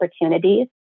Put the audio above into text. opportunities